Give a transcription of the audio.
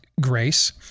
grace